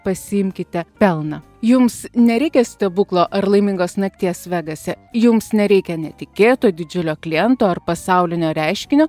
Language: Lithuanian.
pasiimkite pelną jums nereikia stebuklo ar laimingos nakties vegase jums nereikia netikėto didžiulio kliento ar pasaulinio reiškinio